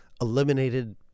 eliminated